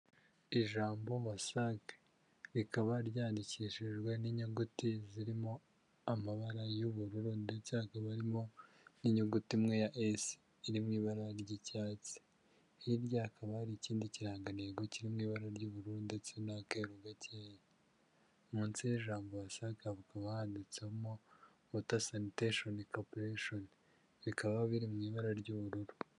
ijambo WASAC, rikaba ryandikishijwe n'inyuguti zirimo amabara y'ubururu, ndetse hakaba harimo n'inyuguti imwe gusa iri mu ibara ry'icyatsi, hirya hakaba hari ikindi kirangantego kiri mu ibara ry'ubururu ndetse n'akeru gake, munsi y'ijambo WASAC hakaba handitsemo "Water Sanitation Corporation", bikaba biri mu ibara ry'ubururu.